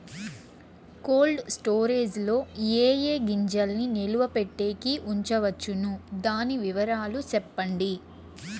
Cold storage లో ఏ ఏ గింజల్ని నిలువ పెట్టేకి ఉంచవచ్చును? దాని వివరాలు సెప్పండి?